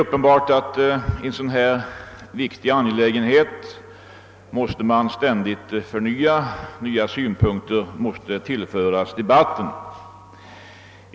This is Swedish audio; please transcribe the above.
Debatten om denna viktiga fråga måste dock ständigt förnyas — nya synpunkter måste tillföras den.